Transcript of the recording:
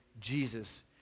Jesus